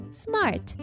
smart